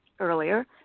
earlier